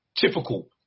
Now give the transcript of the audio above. typical